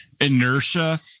inertia